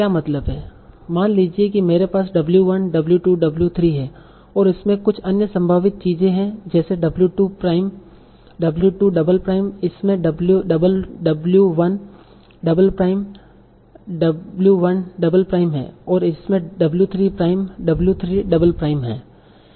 मान लीजिए कि मेरे पास W 1 W 2 W 3 है और इसमें कुछ अन्य संभावित चीजें हैं जैसे W 2 prime W 2 double prime इसमें W 1 double prime W 1 double prime है और इसमें W 3 prime W 3 double prime है